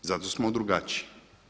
Zato smo drugačiji.